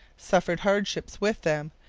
suffered hardship with them,